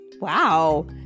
Wow